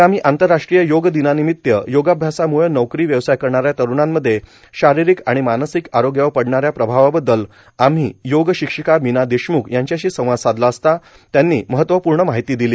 आगामी आंतरराष्ट्रीय योग दिनानिमित्त योगाभ्यासामुळं नौकरी व्यवसाय करणाऱ्या तरूणांमध्ये शारीरिक आणि मानसिक आरोग्यावर पडणाऱ्या प्रभावाबद्दल आम्ही योगशिक्षिका मीना देशम्ख यांच्याशी संवाद साधला असता त्यांनी महत्वपूर्ण माहिती दिली